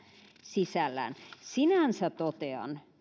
sisällään sinänsä totean